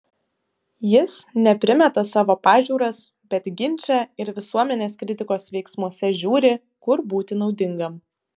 jis ne primeta savo pažiūras bet ginče ir visuomenės kritikos veiksmuose žiūri kur būti naudingam